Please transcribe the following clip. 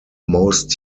most